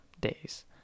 days